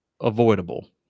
avoidable